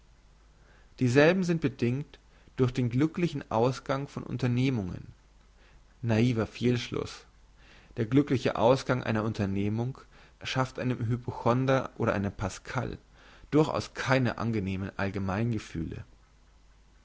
dieselben sind bedingt durch den glücklichen ausgang von unternehmungen naiver fehlschluss der glückliche ausgang einer unternehmung schafft einem hypochonder oder einem pascal durchaus keine angenehmen